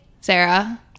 Sarah